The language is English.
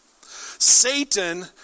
Satan